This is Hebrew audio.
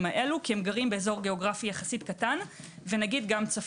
האלה כי הם גרים באזור גיאוגרפי יחסית קטן ויחסית צפוף.